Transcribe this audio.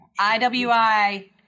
IWI